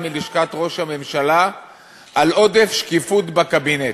מלשכת ראש הממשלה על עודף שקיפות בקבינט.